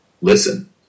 listen